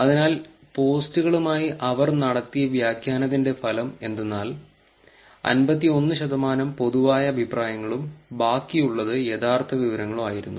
അതിനാൽ പോസ്റ്റുകളുമായി അവർ നടത്തിയ വ്യാഖ്യാനത്തിന്റെ ഫലം എന്തെന്നാൽ 51 ശതമാനം പൊതുവായ അഭിപ്രായങ്ങളും ബാക്കിയുള്ളത് യഥാർത്ഥ വിവരങ്ങളും ആയിരുന്നു